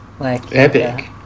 Epic